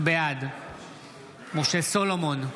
בעד משה סולומון,